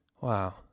Wow